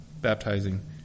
baptizing